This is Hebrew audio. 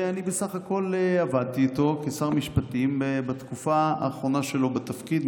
אני בסך הכול עבדתי איתו כשר משפטים בתקופה האחרונה שלו בתפקיד,